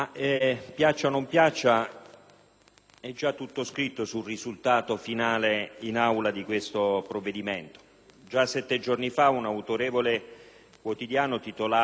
è già tutto scritto sul risultato finale in Aula del provvedimento in esame. Già sette giorni fa un autorevole quotidiano titolava: «Corsa contro il tempo».